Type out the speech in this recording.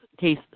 case